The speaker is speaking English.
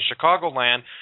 Chicagoland